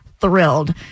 thrilled